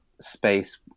space